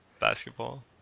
basketball